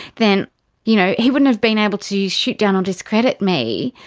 then you know he wouldn't have been able to shoot down or discredit me,